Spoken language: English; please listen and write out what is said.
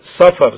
suffers